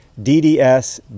DDS